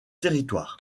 territoire